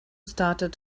started